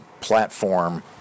platform